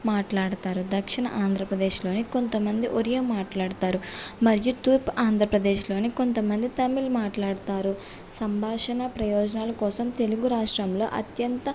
మాట్లాడతారు దక్షిణ ఆంధ్రప్రదేశ్లోని కొంతమంది ఒరియా మాట్లాడతారు మరియు తూర్పు ఆంధ్రప్రదేశ్లోని కొంతమంది తమిళ్ మాట్లాడతారు సంభాషణ ప్రయోజనాల కోసం తెలుగు రాష్ట్రంలో అత్యంత